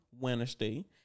Wednesday